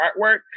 artwork